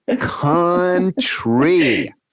country